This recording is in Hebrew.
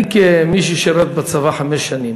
אני, כמי ששירת בצבא חמש שנים,